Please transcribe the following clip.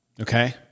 Okay